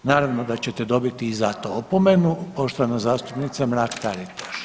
Naravno da ćete dobiti i za to opomenu, poštovana zastupnica Mrak-Taritaš.